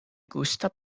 gusta